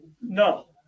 No